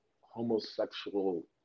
homosexual